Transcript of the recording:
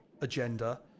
agenda